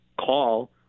call